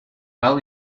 well